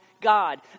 God